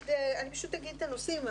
אני פשוט אומר את הנושאים.